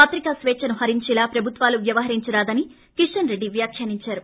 పత్రికా స్పేచ్చను హరించేలా ప్రభుత్వాలు వ్యవహరించరాదని కిషన్ రెడ్డి వ్యాఖ్యానించారు